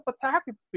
photography